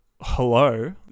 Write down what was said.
hello